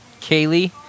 Kaylee